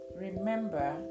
Remember